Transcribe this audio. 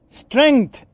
strength